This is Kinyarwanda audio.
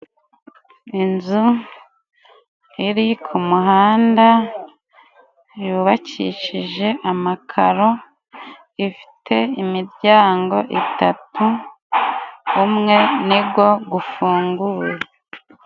Inzu iri ku ku muhanda, yubakishije amakaro, ifite imiryango itatu umwe nigo gufunguwe.